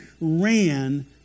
ran